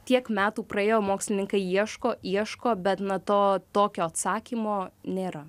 tiek metų praėjo mokslininkai ieško ieško bet na to tokio atsakymo nėra